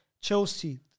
Chelsea